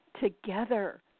together